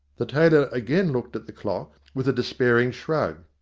the tailor again looked at the clock with a despairing shrug.